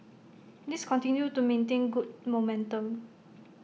these continue to maintain good momentum